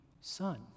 son